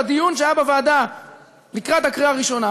בדיון שהיה בוועדה לקראת הקריאה הראשונה